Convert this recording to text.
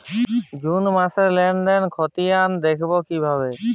June মাসের লেনদেনের খতিয়ান দেখবো কিভাবে?